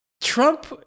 Trump